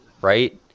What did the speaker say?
Right